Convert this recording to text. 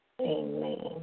Amen